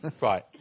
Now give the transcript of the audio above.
right